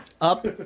up